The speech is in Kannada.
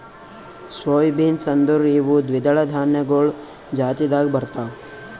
ಸೊಯ್ ಬೀನ್ಸ್ ಅಂದುರ್ ಇವು ದ್ವಿದಳ ಧಾನ್ಯಗೊಳ್ ಜಾತಿದಾಗ್ ಬರ್ತಾವ್